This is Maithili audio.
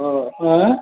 ओ आँए